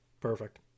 Perfect